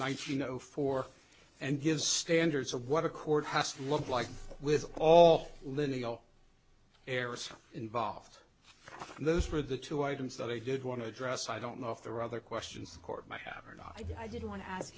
nineteen zero four and gives standards of what a court has looked like with all lineal errors involved those were the two items that i did want to address i don't know if there are other questions court might have or not i did want to ask